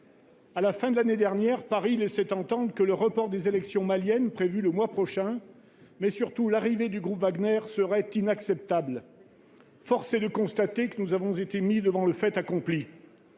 À la fin de l'année dernière, Paris laissait entendre que le report des élections maliennes prévues le mois prochain, mais surtout l'arrivée du groupe Wagner seraient « inacceptables ». Force est de constater que nous avons été mis devant le fait accompli.